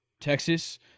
Texas